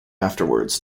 afterwards